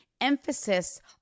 emphasis